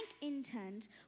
interns